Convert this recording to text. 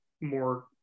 more